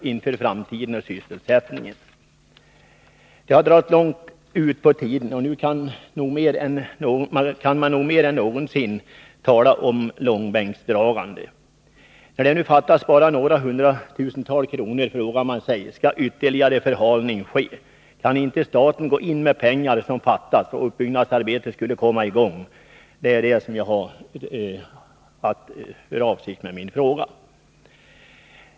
Det har dragit långt ut på tiden, och nu kan man mer än någonsin tala om långbänksdragande. När det nu fattas bara några hundra tusen, frågar man sig: Skall ytterligare förhalning ske? Kan inte staten gå in med de pengar som fattas, så att uppbyggnadsarbetet kan komma i gång? Här ligger avsikten med min fråga.